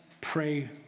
pray